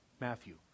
Matthew